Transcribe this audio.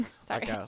Sorry